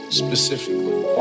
specifically